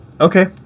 Okay